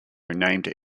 named